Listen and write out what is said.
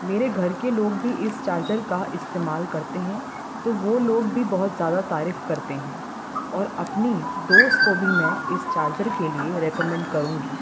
میرے گھر کے لوگ بھی اس چارجر کا استعمال کرتے ہیں تو وہ لوگ بھی بہت زیادہ تعریف کرتے ہیں اور اپنی دوست کو بھی میں اس چارجر کے لیے ریکمینڈ کروں گی